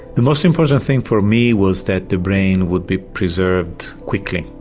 the most important thing for me was that the brain would be preserved quickly,